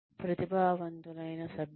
ప్రతిభావంతులైన సభ్యులు